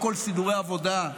הכול סידורי עבודה.